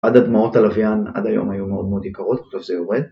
עד הדמעות הלווין עד היום היו מאוד מאוד יקרות וזה יורד